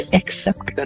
accept